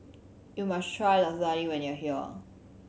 you must try Lasagne when you are here